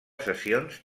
sessions